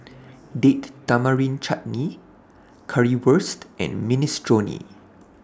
Date Tamarind Chutney Currywurst and Minestrone